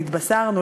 נתבשרנו,